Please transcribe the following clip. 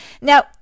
Now